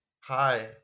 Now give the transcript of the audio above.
Hi